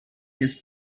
his